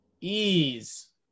ease